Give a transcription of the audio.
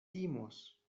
timos